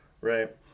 right